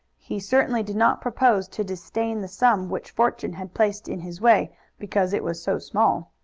he certainly did not propose to disdain the sum which fortune had placed in his way because it was so small.